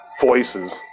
voices